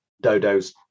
dodos